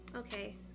Okay